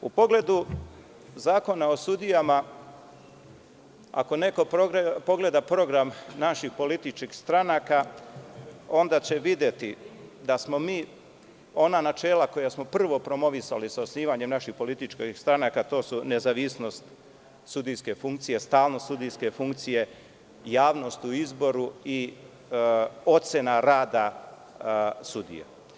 U pogledu Zakona o sudijama, ako neko pogleda program naših političkih stranaka, onda će videti da smo mi ona načela koja smo prvo promovisali sa osnivanjem našeg političkih stranaka, to su nezavisnost sudijske funkcije, stalnost sudijske funkcije, javnost u izboru i ocena rada sudija.